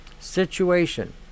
situation